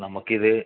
നമ്മക്കിത്